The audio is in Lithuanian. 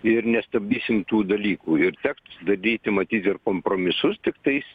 ir nestabdysim tų dalykų ir teks daryti matyt ir kompromisus tiktais